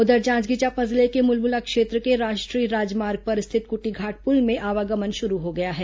उधर जांजगीर चांपा जिले के मुलमुला क्षेत्र के राष्ट्रीय राजमार्ग पर रिथत कुटीघाट पुल में आवागमन शुरू हो गया है